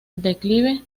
declive